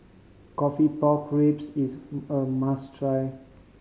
coffee pork ribs is a must try